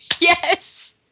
Yes